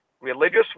religious